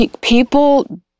people